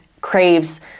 craves